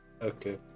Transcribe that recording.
Okay